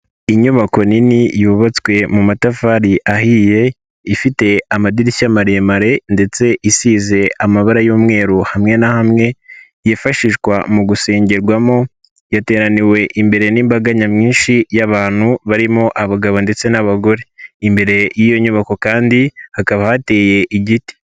Inyubako nini yubatswe mu matafari ahiye, ifite amadirishya maremare ndetse isize amabara y'umweru hamwe na hamwe, yifashishwa mu gusengerwamo, yateraniwe imbere n'imbaga nyamwinshi y'abantu barimo abagabo ndetse n'abagore. Imbere y'iyo nyubako kandi hakaba hateye igiti.